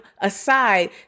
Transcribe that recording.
aside